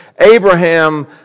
Abraham